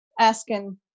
asking